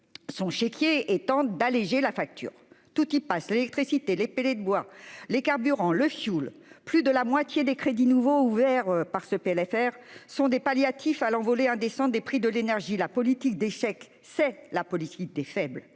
son chéquier et tente d'alléger la facture. Tout y passe : l'électricité, les pellets de bois, les carburants, le fioul ... Plus de la moitié des crédits nouveaux ouverts par ce texte sont des palliatifs de l'envolée indécente des prix de l'énergie. La politique des chèques, c'est la politique des faibles